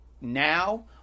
now